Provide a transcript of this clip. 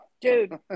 dude